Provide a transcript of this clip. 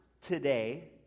today